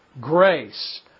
grace